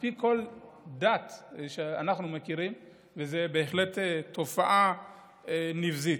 לפי כל דת שאנחנו מכירים, וזו בהחלט תופעה נבזית,